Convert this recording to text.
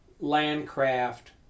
landcraft